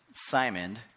Simon